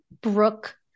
Brooke